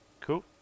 Cool